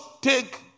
take